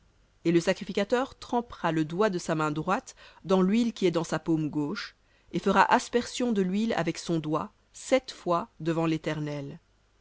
et le sacrificateur trempera le doigt de sa droite dans l'huile qui est dans sa paume gauche et fera aspersion de l'huile avec son doigt sept fois devant l'éternel